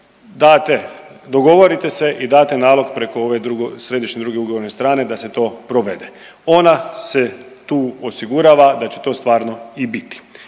date, dogovorite se i date nalog preko ove druge središnje druge ugovorne strane da se to provede, ona se tu osigurava da će to stvarno i biti.